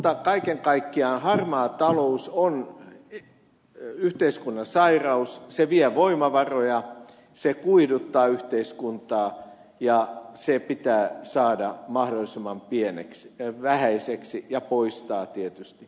mutta kaiken kaikkiaan harmaa talous on yhteiskunnan sairaus se vie voimavaroja se kuihduttaa yhteiskuntaa ja se pitää saada mahdollisimman vähäiseksi ja poistaa tietysti